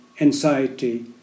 anxiety